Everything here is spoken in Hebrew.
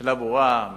השאלה ברורה,